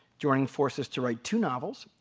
joining forces to write two novels,